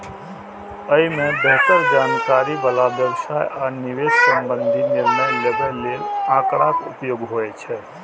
अय मे बेहतर जानकारी बला व्यवसाय आ निवेश संबंधी निर्णय लेबय लेल आंकड़ाक उपयोग होइ छै